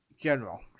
General